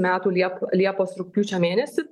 metų liepą liepos rugpjūčio mėnesį